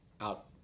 out